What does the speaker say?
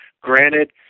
granted